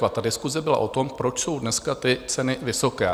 Ta diskuse byla o tom, proč jsou dneska ty ceny vysoké.